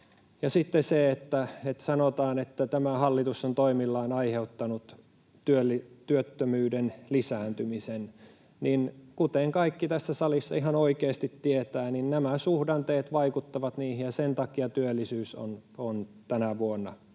sitten se, kun sanotaan, että tämä hallitus on toimillaan aiheuttanut työttömyyden lisääntymisen, niin kuten kaikki tässä salissa ihan oikeasti tietävät, niin nämä suhdanteet vaikuttavat niihin ja sen takia työttömyys on tänä vuonna